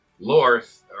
Lorth